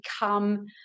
become